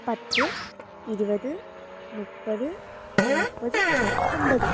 പത്ത് ഇരുപത് മുപ്പത് നാൽപ്പത് അമ്പത്